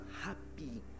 happy